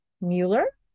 Mueller